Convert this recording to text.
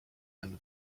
and